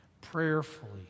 prayerfully